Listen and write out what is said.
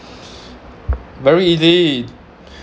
very easy